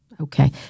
Okay